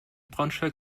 braunschweig